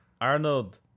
Arnold